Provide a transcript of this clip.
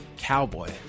Cowboy